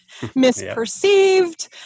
misperceived